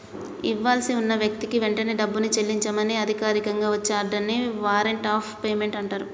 ఇవ్వాల్సి ఉన్న వ్యక్తికి వెంటనే డబ్బుని చెల్లించమని అధికారికంగా వచ్చే ఆర్డర్ ని వారెంట్ ఆఫ్ పేమెంట్ అంటరు